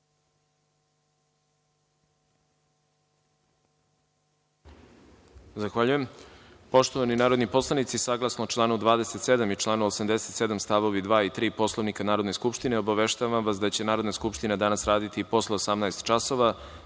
Zahvaljujem. Poštovani narodni poslanici, saglasno članu 27. i članu 87, stavovi 2. i 3. Poslovnika Narodne skupštine, obaveštavam vas da će Narodna skupština danas raditi i posle 18 časova,